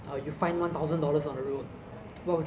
就是 hand over the one thousand dollars